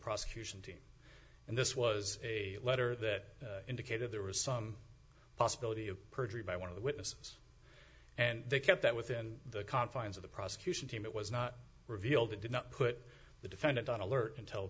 prosecution team and this was a letter that indicated there was some possibility of perjury by one of the witnesses and they kept that within the confines of the prosecution team it was not revealed they did not put the defendant on alert